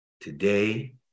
Today